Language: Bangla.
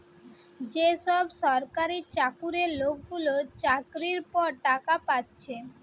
যে সব সরকারি চাকুরে লোকগুলা চাকরির পর টাকা পাচ্ছে